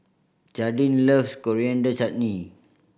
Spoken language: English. Jadyn loves Coriander Chutney